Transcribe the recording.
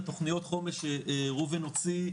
התוכניות חומש שראובן הוציא,